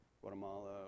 Guatemala